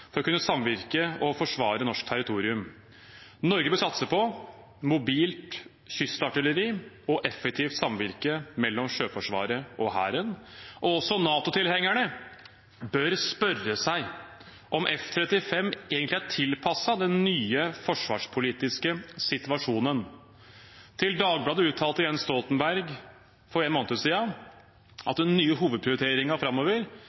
for å kunne samvirke og forsvare norsk territorium. Norge bør satse på mobilt kystartilleri og effektivt samvirke mellom Sjøforsvaret og Hæren, og også NATO-tilhengerne bør spørre seg om F-35 egentlig er tilpasset den nye forsvarspolitiske situasjonen. Til Dagbladet uttalte Jens Stoltenberg for en uke siden at den nye hovedprioriteringen framover